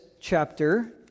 chapter